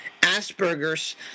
Asperger's